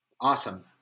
Awesome